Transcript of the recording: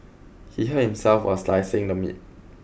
he hurt himself while slicing the meat